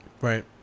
right